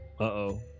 Uh-oh